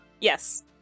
yes